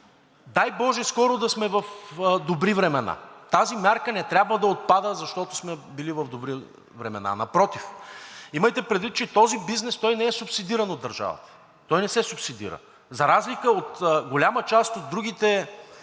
Дай боже, скоро да сме в добри времена. Тази мярка не трябва да отпада, защото сме били в добри времена. Напротив, имайте предвид че този бизнес той не е субсидиран от държавата. Той не се субсидира, за разлика от голяма част от другите